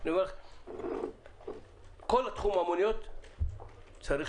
כל תחום המוניות צריך